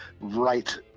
right